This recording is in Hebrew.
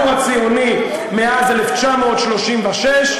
הציוני מאז 1936,